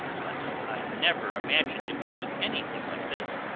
but i never imagined it would be anything like this.